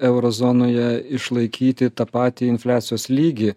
euro zonoje išlaikyti tą patį infliacijos lygį